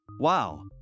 Wow